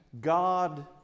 God